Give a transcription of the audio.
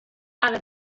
ale